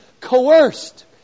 coerced